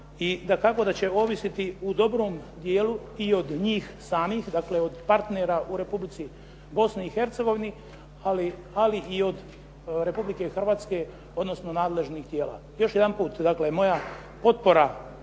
i dakako da će ovisiti u dobrom dijelu i od njih samih, dakle od partnera u Republici Bosni i Hercegovini, ali i od Republike Hrvatske, odnosno nadležnih tijela. Još jedanput, dakle moja potpora